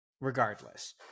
Regardless